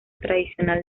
tradicional